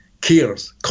kills